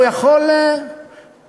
הוא יכול למות,